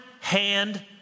hand